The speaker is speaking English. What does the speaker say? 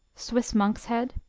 swiss monk's head.